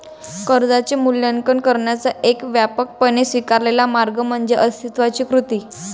कर्जाचे मूल्यांकन करण्याचा एक व्यापकपणे स्वीकारलेला मार्ग म्हणजे अस्तित्वाची कृती